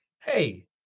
hey